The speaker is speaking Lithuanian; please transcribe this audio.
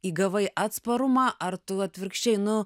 įgavai atsparumą ar tu atvirkščiai nu